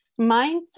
mindset